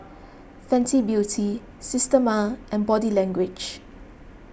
Fenty Beauty Systema and Body Language